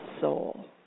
soul